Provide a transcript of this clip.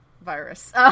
virus